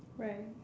right